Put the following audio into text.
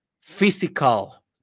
physical